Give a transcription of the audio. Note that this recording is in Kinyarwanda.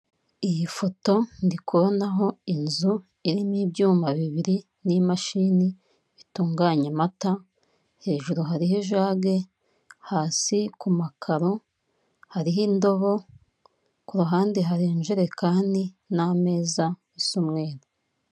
Iyi foto ndi kubonaho inzu irimo ibyuma bibiri n'imashini bitunganya amata, hejuru hariho ijage, hasi ku makaro hariho indobo, ku ruhande hari injerekani n'ameza asa umweru.